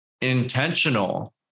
intentional